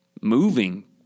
moving